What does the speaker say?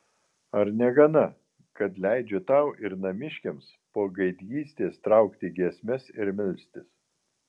ar negana kad leidžiu tau ir namiškiams po gaidgystės traukti giesmes ir melstis